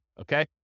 okay